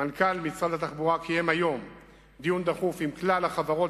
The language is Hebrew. מנכ"ל משרד התחבורה קיים היום דיון דחוף עם כלל החברות